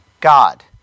God